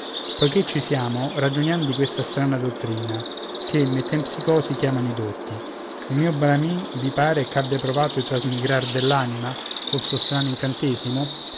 poiché ci siamo ragioniam di questa strana dottrina che metempsicòsi chiamano i dotti il mio bramin vi pare ch'abbia provato il trasmigrar dell'anima col suo strano incantesimo